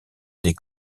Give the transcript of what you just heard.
des